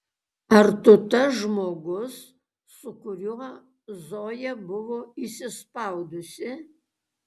ar tu tas žmogus su kuriuo zoja buvo įsispaudusi